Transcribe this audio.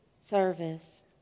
service